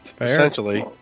Essentially